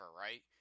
right